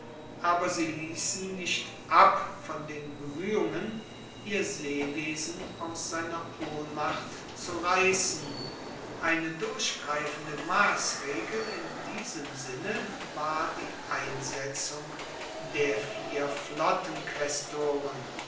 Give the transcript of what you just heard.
aber sie liessen nicht ab von den bemuehungen ihr seewesen aus seiner ohnmacht zu reissen eine durchgreifende massregel in diesem sinne war die einsetzung der vier